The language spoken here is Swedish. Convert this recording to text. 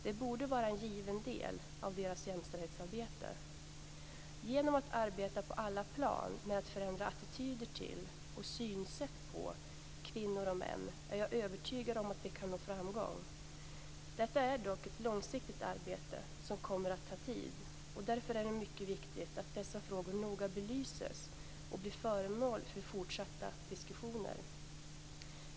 Det borde vara en given del av deras jämställdhetsarbete. Genom att arbeta på alla plan med att förändra attityder till och synsätt på kvinnor och män är jag övertygad om att vi kan nå framgång. Detta är dock ett långsiktigt arbete som kommer att ta tid. Därför är det mycket viktigt att dessa frågor noga belyses och blir föremål för fortsatta diskussioner.